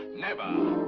never!